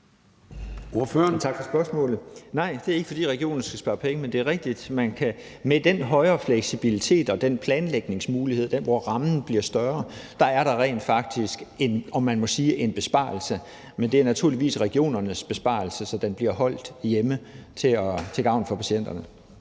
Tak for spørgsmålet. Nej, det er ikke, fordi regionerne skal spare penge, men det er rigtigt, at der med den højere grad af fleksibilitet og den planlægningsmulighed, der er, når rammen bliver større, rent faktisk er en besparelse, om man så må sige. Men det er naturligvis regionernes besparelse, så den bliver holdt hjemme til gavn for patienterne.